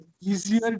easier